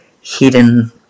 hidden